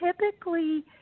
typically